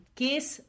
case